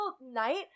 night